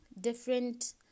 different